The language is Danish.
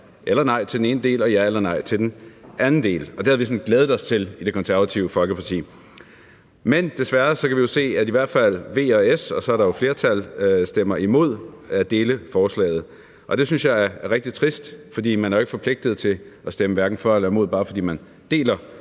eller nej til den ene del og ja eller nej til den anden del. Det havde vi sådan glædet os til i Det Konservative Folkeparti, men vi kan desværre se, at i hvert fald V og S, og så er der jo flertal, stemmer imod at dele forslaget. Det synes jeg er rigtig trist, for man er jo ikke forpligtet til at stemme hverken for eller imod, bare fordi man deler